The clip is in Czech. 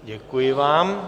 Děkuji vám.